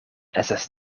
estas